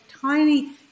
tiny